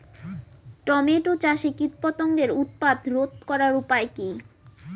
Tomato চাষে কীটপতঙ্গের উৎপাত রোধ করার উপায় কী?